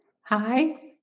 Hi